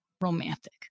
romantic